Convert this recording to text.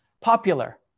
popular